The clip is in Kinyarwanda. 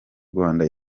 rwanda